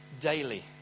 daily